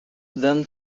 then